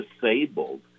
disabled